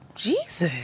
Jesus